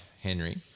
Henry